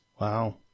Wow